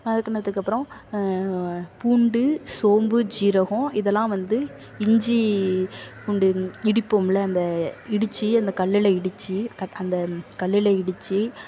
வதக்குணதுக்கு அப்புறோம் பூண்டு சோம்பு ஜீரகம் இதெலாம் வந்து இஞ்சி பூண்டு இடிப்போமுல அந்த இடித்து அந்த கல்லில் இடித்து கட் அந்த கல்லில் இடித்து